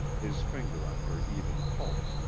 his finger on her even pulse,